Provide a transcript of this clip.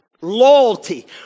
loyalty